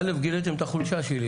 גיליתם את החולשה שלי.